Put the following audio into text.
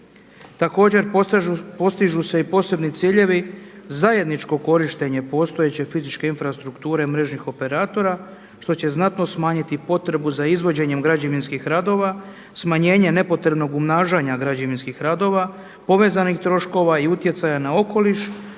Također postižu se i posebni ciljevi zajedničko korištenje postojeće fizičke infrastrukture mrežnih operatora što će znatno smanjiti potrebu za izvođenjem građevinskih radova, smanjenje nepotrebnog umnažanja građevinskih radova, povezanih troškova i utjecaja na okoliš,